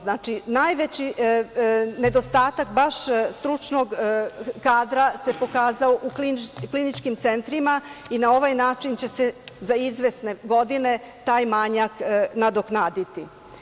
Znači, najveći nedostatak baš stručnog kadra se pokazao u kliničkim centrima i na ovaj način će se za izvesne godine taj manjak nadoknaditi.